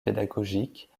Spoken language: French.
pédagogique